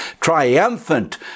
triumphant